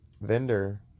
vendor